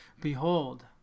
Behold